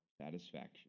satisfaction